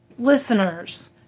Listeners